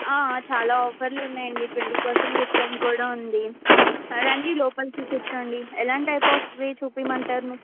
చాలా ఆఫర్లు ఉన్నాయండి ట్వంటీ పర్సెంట్ డిస్కౌంట్ కూడా ఉంది సరే అండి లోపలికి కూర్చోండి ఎలాంటి టైప్ ఆఫ్వి చూపిమంటారు